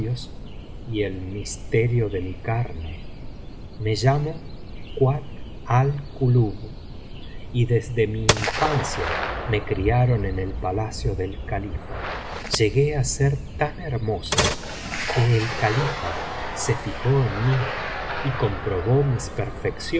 y el misterio de mi carne me llamo kuat al kulub y desde mi infancia me criaron en el palacio del califa llegue á ser tan hermosa que el califa se fijó en mí y comprobó mis